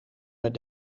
met